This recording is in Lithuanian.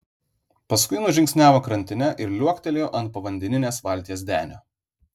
paskui nužingsniavo krantine ir liuoktelėjo ant povandeninės valties denio